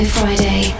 Friday